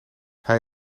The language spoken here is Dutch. hij